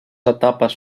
etapes